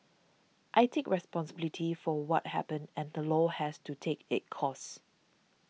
I take responsibility for what happened and the law has to take its course